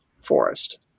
forest